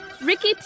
Ricky